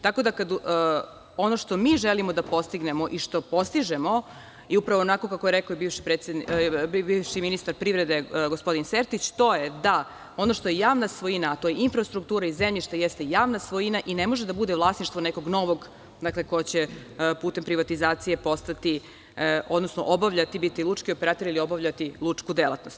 Tako da, ono što mi želimo da postignemo i što postižemo i upravo onako kako je rekao bivši ministar privrede gospodin Sertić, to je da ono što je javna svojina, a to je infrastruktura i zemljište, jeste javna svojina i ne može da bude vlasništvo nekog novog, dakle, ko će da putem privatizacije postati, odnosno obavljati, biti lučki operater, ili obavljati lučku delatnost.